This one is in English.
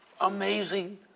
Amazing